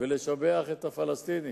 וישבח את הפלסטינים,